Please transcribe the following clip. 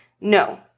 No